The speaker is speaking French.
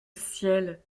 ciel